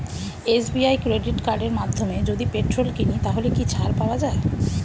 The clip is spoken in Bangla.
এস.বি.আই ক্রেডিট কার্ডের মাধ্যমে যদি পেট্রোল কিনি তাহলে কি ছাড় পাওয়া যায়?